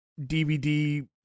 DVD